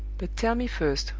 but tell me first,